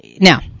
Now